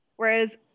Whereas